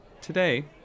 Today